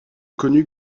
connue